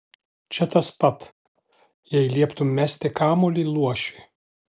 čia tas pat jei lieptumei mesti kamuolį luošiui